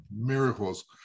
Miracles